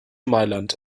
mailand